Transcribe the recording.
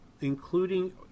including